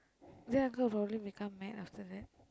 Jack uncle will probably become mad after that